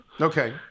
Okay